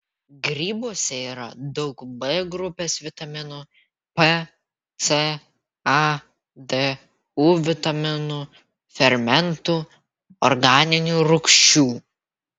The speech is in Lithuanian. grybuose yra daug b grupės vitaminų p c a d u vitaminų fermentų organinių rūgščių